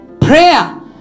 Prayer